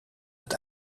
het